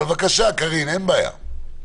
בבקשה, קארין, אין בעיה.